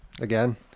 Again